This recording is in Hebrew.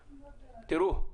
תראו,